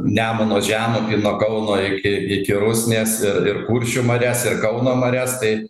nemuno žemupį nuo kauno iki iki rusnės ir kuršių marias ir kauno marias tai